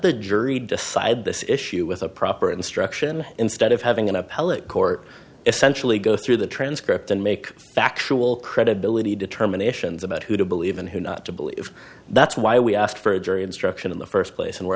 the jury decide this issue with a proper instruction instead of having an appellate court essentially go through the transcript and make factual credibility determinations about who to believe and who not to believe that's why we asked for a jury instruction in the first place and we're